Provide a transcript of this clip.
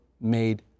made